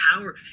power